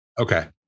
Okay